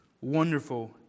wonderful